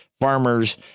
farmers